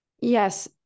yes